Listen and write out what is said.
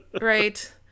right